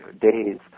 days